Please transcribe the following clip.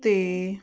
ਅਤੇ